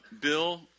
Bill